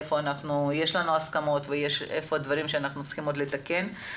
איפה יש לנו הסכמות ואיפה אנחנו צריכים עוד לתקן.